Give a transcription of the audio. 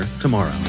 tomorrow